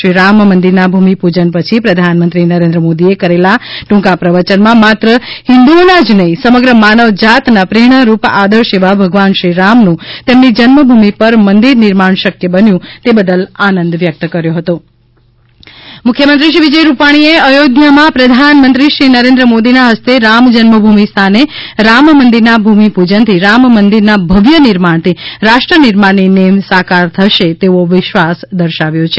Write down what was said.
શ્રીરામ મંદિરના ભૂમિપૂજન પછી પ્રધાનમંત્રી નરેન્દ્ર મોદીએ કરેલા દ્વંકા પ્રવચનમાં માત્ર હિન્દુઓના જ નહીં સમગ્ર માનવજાતના પ્રેરણારૂપ આદર્શ એવા ભગવાન શ્રી રામનું તેમની જન્મભૂમિ પર મંદિર નિર્માણ શક્ય બન્યું તે બદલ આનંદ વ્યક્ત કર્યો હતો બાઇટ મુખ્યમંત્રી મુખ્યમંત્રી શ્રી વિજયભાઇ રૂપાણીએ અયોધ્યામાં પ્રધાનમંત્રી શ્રી નરેન્દ્રભાઇ મોદીના હસ્તે રામ જન્મભૂમિ સ્થાને રામમંદિરના ભૂમિપૂજનથી રામમંદિરના ભવ્ય નિર્માણથી રાષ્ટ્રનિર્માણની નેમ સાકાર થશે તેવો વિશ્વાસ દર્શાવ્યો છે